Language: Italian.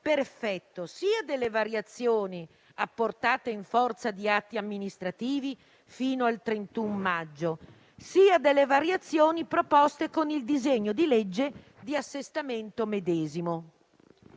per effetto sia delle variazioni apportate in forza di atti amministrativi fino al 31 maggio, sia delle variazioni proposte con il disegno di legge di assestamento medesimo.